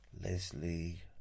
Leslie